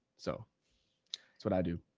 so that's what i do.